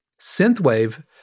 Synthwave